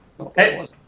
Okay